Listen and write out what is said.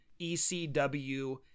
ECW